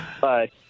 Bye